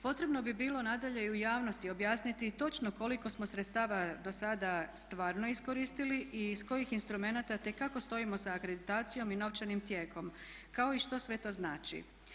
Potrebno bi bilo nadalje i u javnosti objasniti točno koliko smo sredstava do sada stvarno iskoristili i iz kojih instrumenata te kako stojimo sa akreditacijom i novčanim tijekom kao i što sve to znači.